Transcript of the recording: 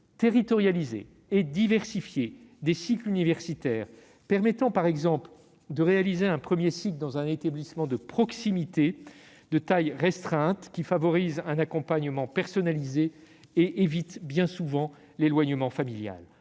territorialisée et diversifiée des cycles universitaires permettant, par exemple, de réaliser un premier cycle dans un établissement de proximité, de taille restreinte, qui favorise un accompagnement personnalisé et évite l'éloignement familial.